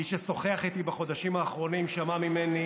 מי ששוחח איתי בחודשים האחרונים שמע ממני